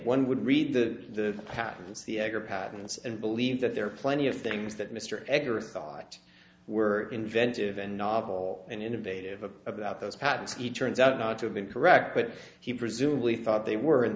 one would read the patterns the egger patterns and believe that there are plenty of things that mr eggers thought were inventive and novel and innovative of about those patterns he turns out not to have been correct but he presumably thought they were